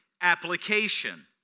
Application